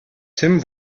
tim